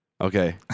okay